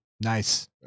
Nice